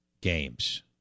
games